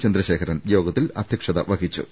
ചന്ദ്രശേ ഖരൻ യോഗത്തിൽ അധ്യക്ഷത വഹിച്ചു